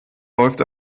läuft